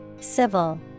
Civil